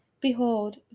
Behold